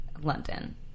London